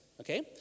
Okay